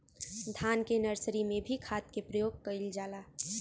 धान के नर्सरी में भी खाद के प्रयोग कइल जाला?